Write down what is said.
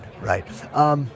Right